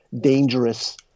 dangerous